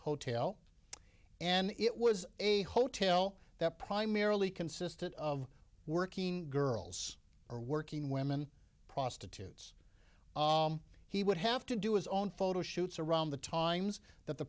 hotel and it was a hotel that primarily consisted of working girls or working women prostitutes he would have to do his own photo shoots around the times that the